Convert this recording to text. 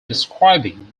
describing